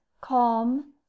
calm